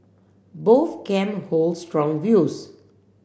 both camp hold strong views